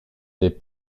des